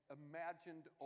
imagined